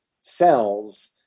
cells